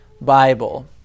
Bible